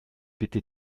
bitte